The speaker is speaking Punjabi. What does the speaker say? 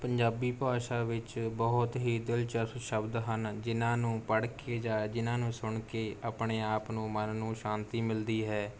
ਪੰਜਾਬੀ ਭਾਸ਼ਾ ਵਿੱਚ ਬਹੁਤ ਹੀ ਦਿਲਚਸਪ ਸ਼ਬਦ ਹਨ ਜਿਨ੍ਹਾਂ ਨੂੰ ਪੜ੍ਹ ਕੇ ਜਾਂ ਜਿਨ੍ਹਾਂ ਨੂੰ ਸੁਣ ਕੇ ਆਪਣੇ ਆਪ ਨੂੰ ਮਨ ਨੂੰ ਸ਼ਾਂਤੀ ਮਿਲਦੀ ਹੈ